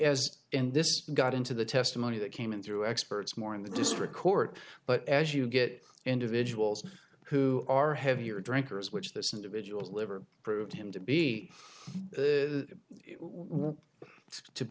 as in this got into the testimony that came in through experts more in the district court but as you get individuals who are heavier drinkers which this individual's liver proved him to be